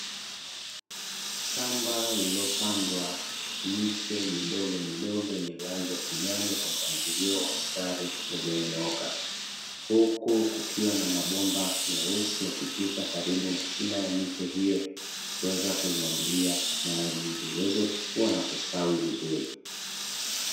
Shamba lililopandwa miche midogomidogo yenye rangi ya kijani kwa mpangilio wa mstari iliyonyooka, huku kukiwa na mabomba meusi yakipita karibu na shina ya miche hiyo kuweza kuimwagilia maji ili iweze kukua na kustawi vizuri.